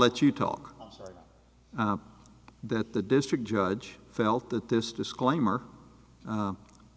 let you talk so that the district judge felt that this disclaimer